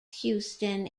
houston